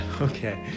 okay